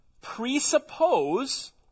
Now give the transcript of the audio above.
presuppose